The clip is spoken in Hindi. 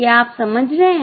क्या आप समझ रहे हैं